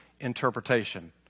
interpretation